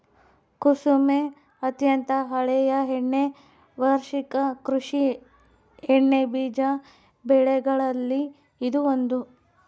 ಕುಸುಮೆ ಅತ್ಯಂತ ಹಳೆಯ ಎಣ್ಣೆ ವಾರ್ಷಿಕ ಕೃಷಿ ಎಣ್ಣೆಬೀಜ ಬೆಗಳಲ್ಲಿ ಇದು ಒಂದು